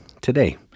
today